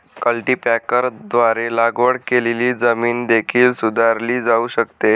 कल्टीपॅकरद्वारे लागवड केलेली जमीन देखील सुधारली जाऊ शकते